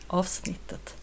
avsnittet